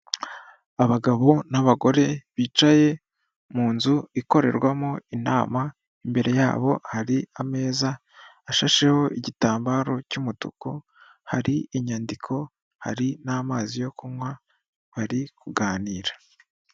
Abagabo n'abagore bicaye mu nzu ikorerwamo inama, imbere yabo hari ameza ashasheho igitambaro cy'umutuku, hari inyandiko, hari n'amazi yo kunywa, bari kuganira.